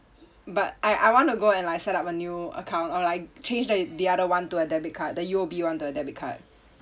but I I wanna go and like set up a new account or like change that the other one to a debit card the U_O_B one the debit card